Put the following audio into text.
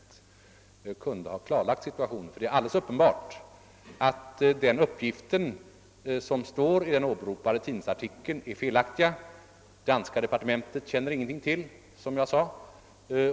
Då kunde situationen har klarlagts, ty det är alldeles uppenbart att uppgiften i den åberopade tidningen är felaktig. Det danska ministeriet känner ingenting till om denna sak, som jag sade.